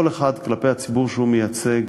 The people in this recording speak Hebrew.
כל אחד כלפי הציבור שהוא מייצג,